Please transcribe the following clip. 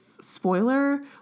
spoiler